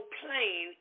plain